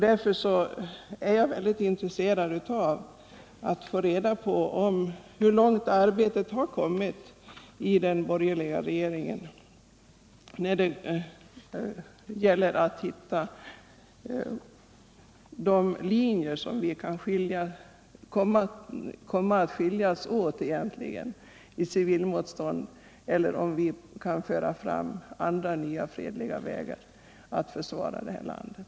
Därför är jag intresserad av att få reda på hur långt arbetet har kommit i den borgerliga regeringen när det det gäller att hitta de linjer, efter vilka vi kan bedriva civilmotstånd eller när det gäller att hitta nya fredliga vägar att försvara det här landet.